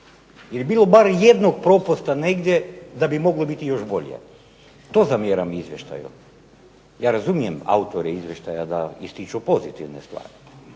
Je li bilo bar jednog propusta negdje da bi moglo biti još bolje? To zamjeram izvještaju. Ja razumijem autore izvještaja da ističu pozitivne stvari,